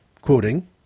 quoting